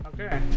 okay